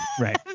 Right